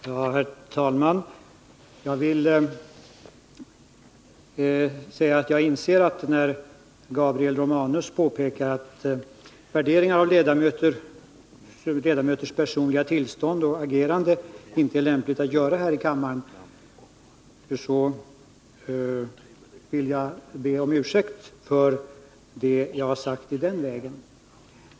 Herr talman! Gabriel Romanus påpekade att det inte är lämpligt att inför kammaren göra värderingar av ledamöters personliga tillstånd och agerande, och jag vill be om ursäkt för det som jag har sagt i den vägen.